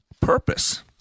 purpose